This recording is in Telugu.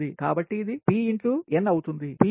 కాబట్టి ఇది P X n అవుతుంది